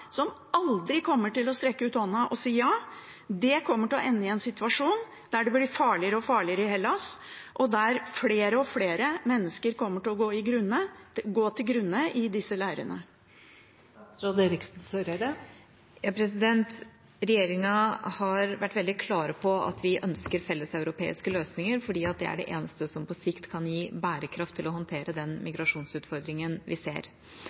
som aldri kommer til å strekke ut hånda og si ja? Det kommer til å ende i en situasjon der det blir farligere og farligere i Hellas, og der flere og flere mennesker kommer til å gå til grunne i disse leirene. Regjeringa har vært veldig klar på at vi ønsker felleseuropeiske løsninger fordi det er det eneste som på sikt kan gi bærekraft til å håndtere den migrasjonsutfordringen vi ser.